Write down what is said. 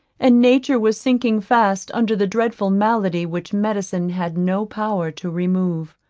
and nature was sinking fast under the dreadful malady which medicine had no power to remove.